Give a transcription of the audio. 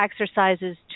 exercises